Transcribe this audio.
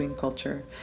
Culture